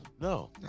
no